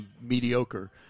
mediocre